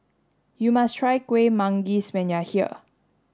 you must try Kueh Manggis when you are here